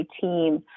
team